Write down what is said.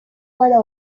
para